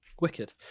Wicked